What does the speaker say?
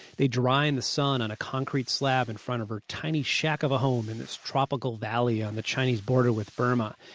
they dry in the sun on a concrete slab in front of her tiny shack of a home in this tropical valley on the chinese border with burma.